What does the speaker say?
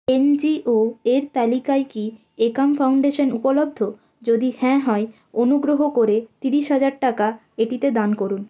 N G O এর তালিকায় কি একাম ফাউন্ডেশন উপলব্ধ যদি হ্যাঁ হয় অনুগ্রহ করে ত্রিশ হাজার টাকা এটিতে দান করুন